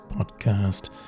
podcast